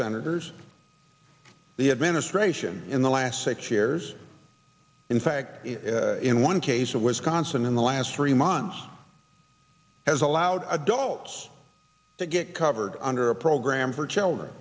senators the administration in the last six years in fact in one case of wisconsin in the last three months has allowed adults to get covered under a program for children